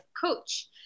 Coach